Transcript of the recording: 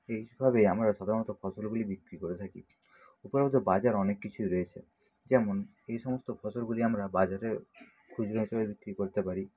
এই ভাবেই আমরা সাধারণত ফসলগুলি বিক্রি করে থাকি বাজার অনেক কিছুই রয়েছে যেমন এই সমস্ত ফসলগুলি আমরা বাজারে খুচরো হিসেবে বিক্রি করতে পারি